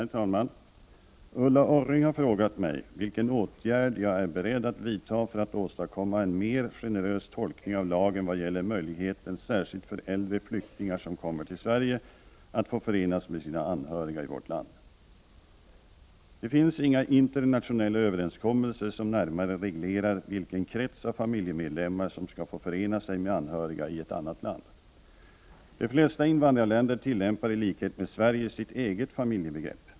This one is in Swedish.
Herr talman! Ulla Orring har frågat mig vilken åtgärd jag är beredd att vidta för att åstadkomma en mer generös tolkning av lagen vad gäller möjligheten särskilt för äldre flyktingar som kommer till Sverige att få förenas med sina anhöriga i vårt land. Det finns inga internationella överenskommelser som närmare reglerar vilken krets av familjemedlemmar som skall få förena sig med anhöriga i ett annat land. De flesta invandrarländer tillämpar i likhet med Sverige sitt eget familjebegrepp.